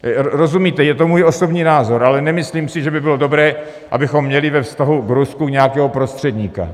Rozumíte, je to můj osobní názor, ale nemyslím si, že by bylo dobré, abychom měli ve vztahu k Rusku nějakého prostředníka.